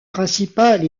principale